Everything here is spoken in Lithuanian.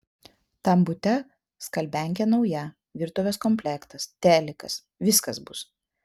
tam bute skalbiankė nauja virtuvės komplektas telikas viskas bus